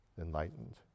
enlightened